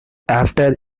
after